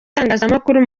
itangazamakuru